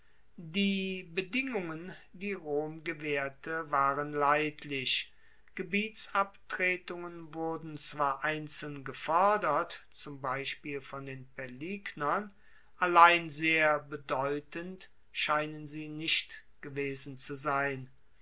die bedingungen die rom gewaehrte waren leidlich gebietsabtretungen wurden zwar einzeln gefordert zum beispiel von den paelignern allein sehr bedeutend scheinen sie nicht gewesen zu sein